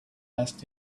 asked